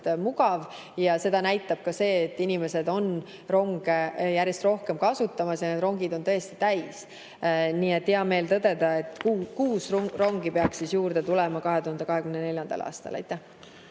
mugav ja seda näitab ka see, et inimesed on ronge järjest rohkem kasutama hakanud, need rongid on tõesti täis. Nii et hea meel on tõdeda, et kuus rongi peaks 2024. aastal juurde